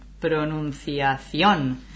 Pronunciación